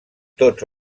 tots